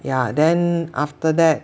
yeah then after that